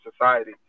society